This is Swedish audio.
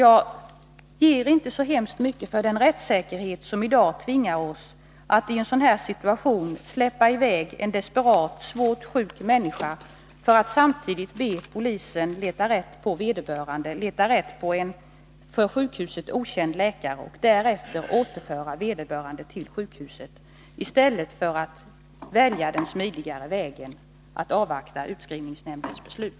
Jag ger inte mycket för den rättssäkerhet som i dag tvingar oss att i en sådan situation släppa i väg en desperat, svårt sjuk människa för att samtidigt be polisen leta rätt på en för sjukhuset okänd läkare och därefter återföra den sjuke till sjukhuset i stället för att välja den smidigare vägen att kvarhålla patienten och avvakta utskrivningsnämndens beslut.